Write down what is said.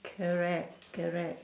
correct correct